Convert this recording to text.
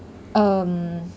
um